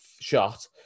shot